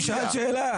הוא שאל שאלה.